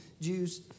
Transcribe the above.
Jews